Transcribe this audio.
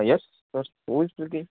yes who is speaking